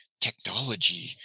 Technology